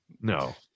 no